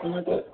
हुन त